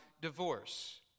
divorce